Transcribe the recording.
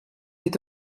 est